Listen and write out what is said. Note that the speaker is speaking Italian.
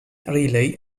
riley